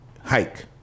hike